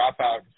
dropout